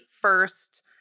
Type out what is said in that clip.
first